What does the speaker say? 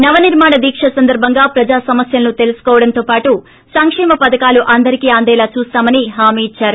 నవ నిర్మాణ దీక్ష సందర్భంగా ప్రజా సమస్యలను తెలుసుకోవడం పాటు సంకేమ పధకాలు అందరికీ అందేలా చూస్తామని హామీ ఇచ్చారు